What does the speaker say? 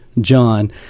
John